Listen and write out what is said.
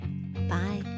bye